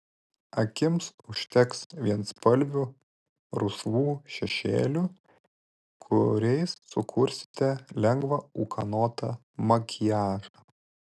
akims užteks vienspalvių rusvų šešėlių kuriais sukursite lengvą ūkanotą makiažą